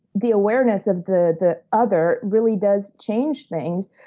the awareness of the the other really does change things.